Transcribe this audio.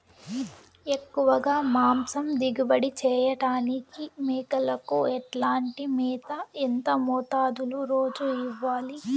ఎక్కువగా మాంసం దిగుబడి చేయటానికి మేకలకు ఎట్లాంటి మేత, ఎంత మోతాదులో రోజు ఇవ్వాలి?